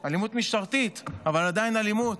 אלימות משטרתית אבל עדיין אלימות.